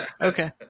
Okay